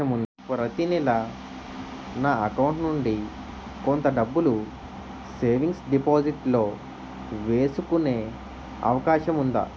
ప్రతి నెల నా అకౌంట్ నుండి కొంత డబ్బులు సేవింగ్స్ డెపోసిట్ లో వేసుకునే అవకాశం ఉందా?